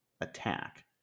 attack